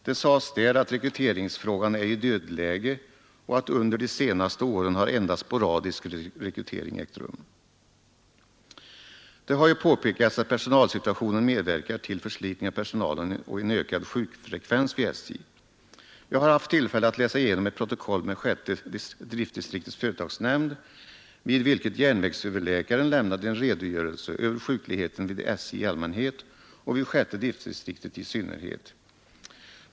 Det sades där att rekryteringsfrågan är i dödläge och att under de senaste åren endast sporadisk rekrytering har ägt rum. Det har påpekats att personalsituationen medverkar till förslitning av personalen och ökad sjukfrekvens vid SJ. Jag har haft tillfälle att läsa igenom ett protokoll med företagsnämnden vid sjätte driftdistriktet, där järnvägsöverläkaren lämnade en redogörelse över sjukligheten vid SJ i allmänhet och vid sjätte driftdistriktet i synnerhet.